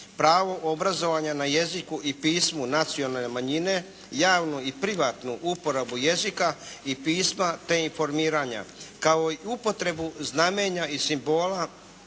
Pravo obrazovanja na jeziku i pismu nacionalne manjine, javnu i privatnu uporabu jezika i pisma te informiranja, kao i upotrebu znamenja i simbola